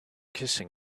kissing